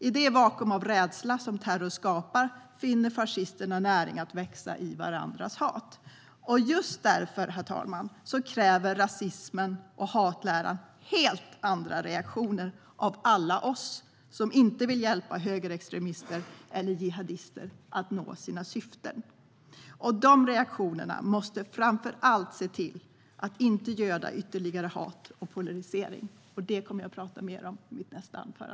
I det vakuum av rädsla som terror skapar finner fascisterna näring att växa i varandras hat. Just därför, herr talman, kräver rasismen och hatläran helt andra reaktioner av alla oss som inte vill hjälpa högerextremister eller jihadister att nå sina syften. Dessa reaktioner måste framför allt se till att inte göda ytterligare hat och polarisering. Detta kommer jag att prata mer om i mitt nästa inlägg.